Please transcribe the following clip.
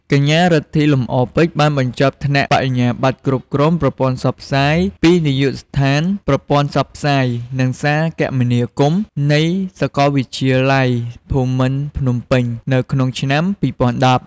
កញ្ញា រិទ្ធី លំអរពេជ្រ បានបញ្ចប់ថ្នាក់ បរិញ្ញាបត្រគ្រប់គ្រងប្រព័ន្ធផ្សព្វផ្សាយ ពីនាយកដ្ឋានប្រព័ន្ធផ្សព្វផ្សាយ និងសារគមនាគមន៍ នៃសាកលវិទ្យាល័យភូមិន្ទភ្នំពេញ នៅក្នុងឆ្នាំ ២០១០។